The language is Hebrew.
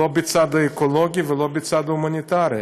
לא בצד האקולוגי ולא בצד ההומניטרי,